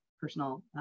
personal